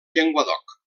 llenguadoc